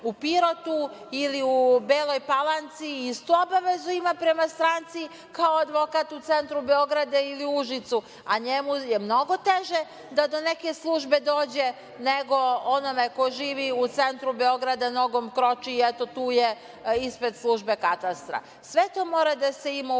u Pirotu ili u Beloj Palanci, istu obavezu ima prema stranci, kao advokat u centru Beograda ili u Užicu, a njemu je mnogo teže da do neke službe dođe nego onome ko živi u centru Beograda da nogom kroči i eto tu je ispred službe katastra. Sve to mora da se ima